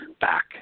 back